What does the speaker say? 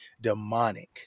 demonic